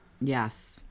yes